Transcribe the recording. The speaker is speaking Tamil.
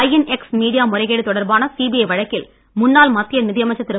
ஐஎன்எக்ஸ் மீடியா முறைக்கேடு தொடர்பான சிபிஐ வழக்கில் முன்னாள் மத்திய நிதியமைச்சர் திரு